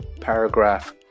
Paragraph